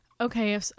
okay